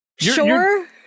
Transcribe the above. Sure